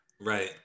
Right